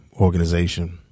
organization